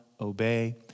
obey